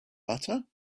butter